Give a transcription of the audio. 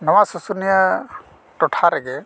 ᱱᱚᱣᱟ ᱥᱩᱥᱩᱱᱤᱭᱟᱹ ᱴᱚᱴᱷᱟ ᱨᱮᱜᱮ